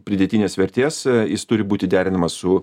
pridėtinės vertės jis turi būti derinamas su